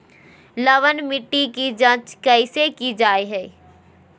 लवन मिट्टी की जच कैसे की जय है?